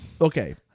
Okay